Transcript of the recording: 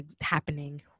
happening